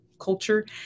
culture